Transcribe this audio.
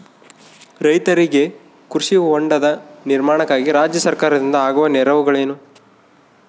ರೈತರಿಗೆ ಕೃಷಿ ಹೊಂಡದ ನಿರ್ಮಾಣಕ್ಕಾಗಿ ರಾಜ್ಯ ಸರ್ಕಾರದಿಂದ ಆಗುವ ನೆರವುಗಳೇನು?